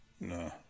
no